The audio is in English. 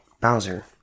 Bowser